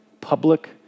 public